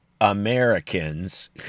Americans